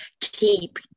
keep